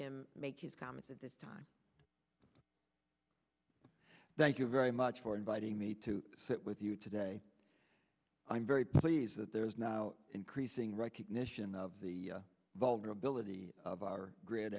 him make his comments at this time thank you very much for inviting me to sit with you today i'm very pleased that there is now increasing recognition of the vulnerability of our grid